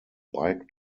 bike